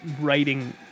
writing